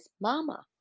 mama